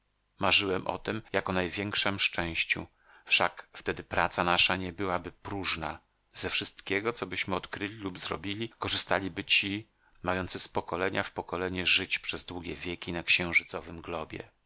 marzyłem o tem jak o największem szczęściu wszak wtedy praca nasza nie byłaby próżna ze wszystkiego cobyśmy odkryli lub zrobili korzystaliby ci mający z pokolenia w pokolenie żyć przez długie wieki na księżycowym globie